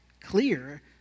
clear